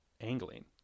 angling